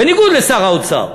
בניגוד לשר האוצר.